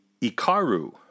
Ikaru